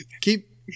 keep